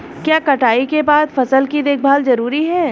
क्या कटाई के बाद फसल की देखभाल जरूरी है?